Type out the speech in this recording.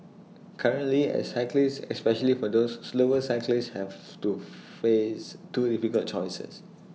currently as cyclists especially for those slower cyclists have to face two difficult choices